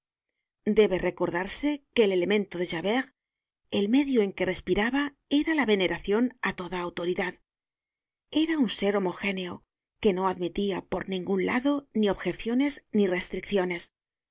debe recordarse que el elemento de javert el medio en que respi raba era la veneracion á toda autoridad era un ser homogéneo que no admitia por ningun lado ni objeciones ni restricciones